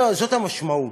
זאת המשמעות.